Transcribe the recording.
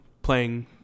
playing